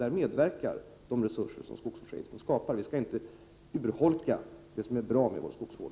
Där medverkar de resurser skogsvårdsavgiften skapar. Vi skall inte urholka det som är bra med vår skogsvård.